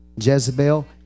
Jezebel